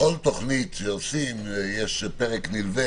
בכל תוכנית שעושים יש פרק נלווה